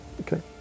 Okay